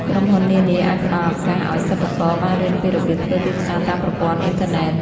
ក្រុមហ៊ុននានាអាចផ្តល់ឱកាសឱ្យសិប្បករបានរៀនពីរបៀបធ្វើទីផ្សារតាមប្រព័ន្ធអ៊ីនធឺណិត។